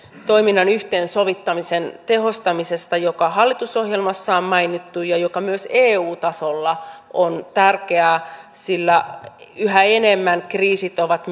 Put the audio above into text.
toiminnan yhteensovittamisen tehostamisesta joka hallitusohjelmassa on mainittu ja joka myös eu tasolla on tärkeä sillä yhä enemmän kriisit ovat